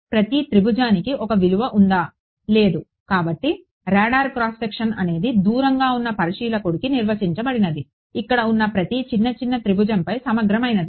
ప్రతి త్రిభుజానికి ఒక విలువ ఉందా లేదు కాబట్టి రాడార్ క్రాస్ సెక్షన్ అనేది దూరంగా ఉన్న పరిశీలకుడికి నిర్వచించబడినది ఇక్కడ ఉన్న ప్రతి చిన్న చిన్న త్రిభుజంపై సమగ్రమైనది